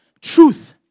Truth